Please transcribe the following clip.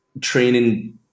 training